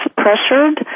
pressured